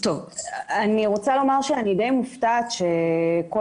אני רוצה לומר שאני די מופתעת מכך שכל